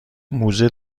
موزه